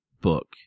book